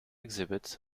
exhibits